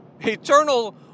eternal